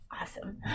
Awesome